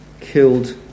killed